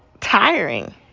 tiring